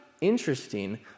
interesting